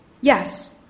yes